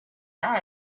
land